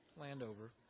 landover